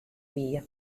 wie